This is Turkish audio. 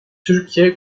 türkiye